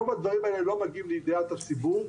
רוב הדברים האלה לא מגיעים לידיעת הציבור,